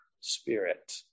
Spirit